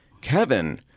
Kevin